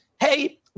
hey